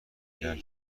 کرد